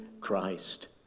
Christ